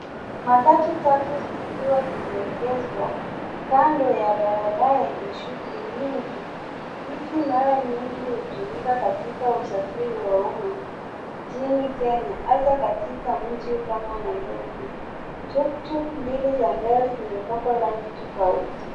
Matatu tatu zikiwa zimeegezwa kando ya barabara yenye shughuli nyingi. Hizi mara nyingi hutumika katika usafiri wa umma nchini Kenya hasa katika mji kama Nairobi. Tuktuk mbili za mbele zimepakwa rangi tofauti.